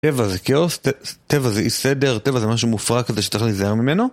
טבע זה כאוס, טבע זה אי סדר, טבע זה משהו מופרע כזה שצריך להיזהר ממנו?